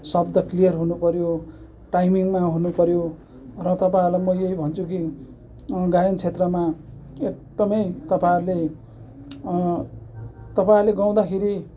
शब्द क्लियर हुनुपर्यो टाइमिङमा हुनुपऱ्यो र तपाईँहरूलाई म यही भन्छु कि गायन क्षेत्रमा एकदमै तपाईँहरूले तपाईँहरूले गाउँदाखेरि